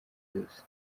byose